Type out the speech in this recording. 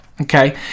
okay